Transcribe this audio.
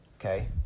okay